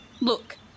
Look